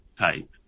type